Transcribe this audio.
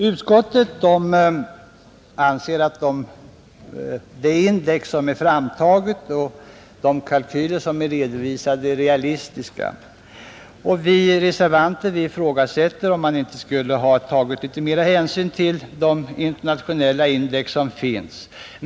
Utskottet anser att det index som är framtaget och de kalkyler som redovisas är realistiska. Vi reservanter ifrågasätter om man inte skulle ha tagit litet mera hänsyn till de internationella index som finns.